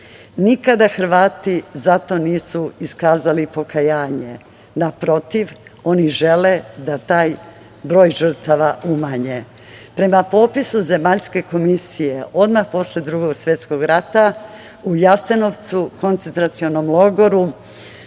Nikada Hrvati za to nisu iskazali pokajanje. Naprotiv, oni žele da taj broj žrtava umanje. Prema popisu Zemaljske komisije, odmah posle Drugog svetskog rata, u Jasenovcu, koncentracionom logoru,